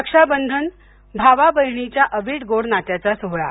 रक्षाबंधन भावा बहिणीच्या अवीट गोड नात्याचा सोहळा